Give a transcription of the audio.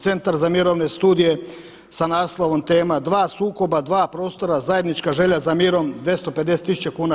Centar za mirovne studije sa naslovom tema „Dva sukoba, dva prostora, zajednička želja za mirom“ 250 tisuća kuna.